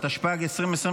התשפ"ג 2023,